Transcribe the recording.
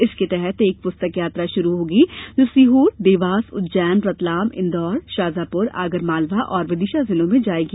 इसके तहत एक पुस्तक यात्रा शुरू होगी जो सीहोर देवास उज्जैन रतलाम इंदौर शाजापुर आगरमालवा और विदिशा जिलों में जायेगी